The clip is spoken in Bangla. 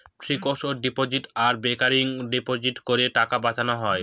ফিক্সড ডিপোজিট আর রেকারিং ডিপোজিটে করের টাকা বাঁচানো হয়